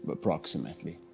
but approximately.